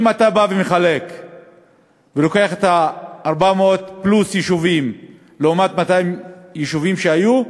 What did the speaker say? אם אתה בא ולוקח ומחלק את ה-400 פלוס יישובים לעומת 200 יישובים שהיו,